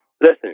Listen